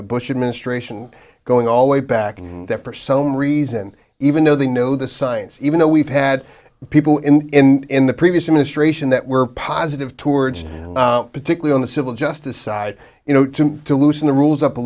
the bush administration going all the way back in there for some reason even though they know the science even though we've had people in in the previous administration that were positive towards particularly on the civil justice side you know to loosen the rules up a